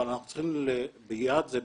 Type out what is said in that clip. אבל אנחנו צריכים ליד זה,